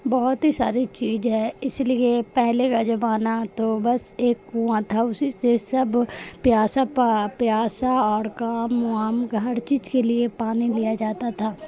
بہت ہی ساری چیج ہے اس لیے پہلے کا جمانہ تو بس ایک کنواں تھا اسی سے سب پیاسا پا پیاسا اور کام وام کا ہر چیز کے لیے پانی لیا جاتا تھا